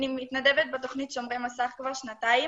אני מתנדבת בתכנית "שומרי מסך" כבר שנתיים,